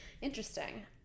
Interesting